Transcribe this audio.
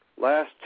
Last